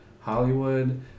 Hollywood